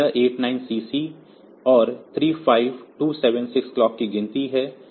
इसलिए यह 89CC और 35276 क्लॉक की गिनती है